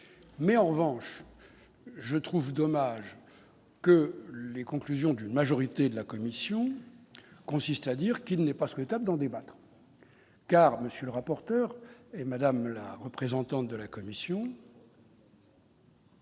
mais en revanche je trouve dommage que les conclusions d'une majorité de la commission, consiste à dire qu'il n'est pas souhaitable d'en débattre, car monsieur le rapporteur, madame la représentante de la commission.